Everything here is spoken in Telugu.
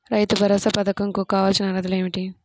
రైతు భరోసా పధకం కు కావాల్సిన అర్హతలు ఏమిటి?